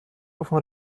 offen